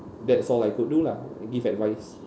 that's all I could do lah I give advice